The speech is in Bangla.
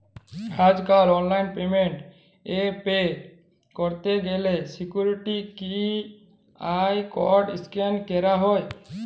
আজ কাল অনলাইল পেমেন্ট এ পে ক্যরত গ্যালে সিকুইরিটি কিউ.আর কড স্ক্যান ক্যরা হ্য়